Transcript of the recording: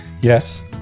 Yes